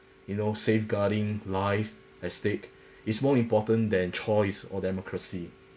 you know safeguarding life at stake is more important than choice or democracy